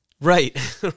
Right